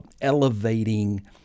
elevating